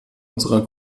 unserer